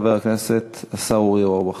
חבר הכנסת השר אורי אורבך.